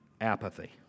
apathy